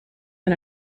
and